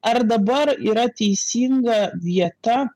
ar dabar yra teisinga vieta